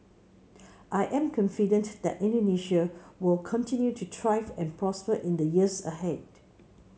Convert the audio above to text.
I am confident that Indonesia will continue to thrive and prosper in the years ahead